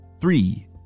Three